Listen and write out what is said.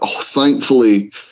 thankfully